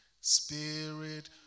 Spirit